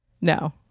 No